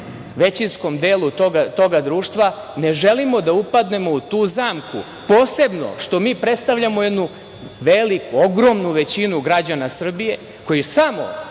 većinskom delu toga društva, ne želimo da upadnemo u tu zamku. Posebno što mi predstavljamo jednu veliku, ogromnu većinu građana Srbije, koji samo,